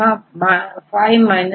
यहां5 2 21